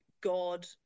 God